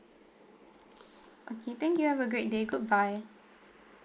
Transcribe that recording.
okay thank you have a great day goodbye